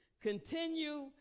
continue